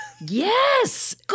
Yes